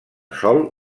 sol